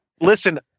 Listen